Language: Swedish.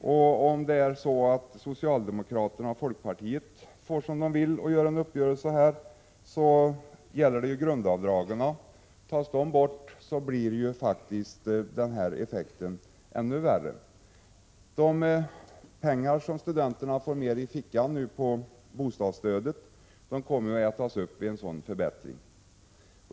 Och om socialdemokraterna och folkpartiet kommer till en uppgörelse och får som de vill, då gäller det grundavdragen. Tas de bort blir faktiskt den här effekten ännu värre. De pengar som studenterna får mer i fickan genom bostadsstödet kommer att ätas upp av en sådan förändring.